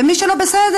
ומי שלא בסדר,